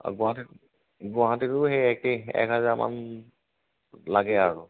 আৰু গুৱাহাটীত গুৱাহাটীতো সেই একে এক হাজাৰ মান লাগে আৰু